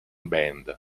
band